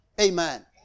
Amen